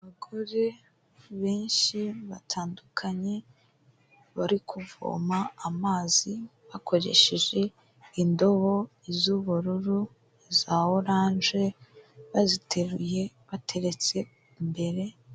Abagore benshi batandukanye bari kuvoma amazi bakoresheje indobo z'ubururu, za oranje, baziteruye bateretse imbere.